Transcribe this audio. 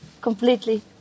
completely